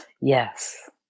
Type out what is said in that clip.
Yes